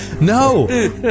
No